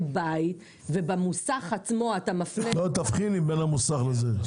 בית ובמוסך עצמו אתה מפנה --- תבחיני בין המוסך לזה,